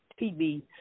TV